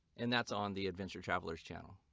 and that's on the adventure travelers channel